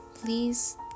please